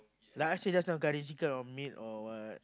like I said just now curry chicken or meat or what